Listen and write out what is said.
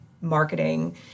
marketing